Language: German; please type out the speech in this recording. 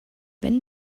wenn